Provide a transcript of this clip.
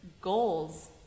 goals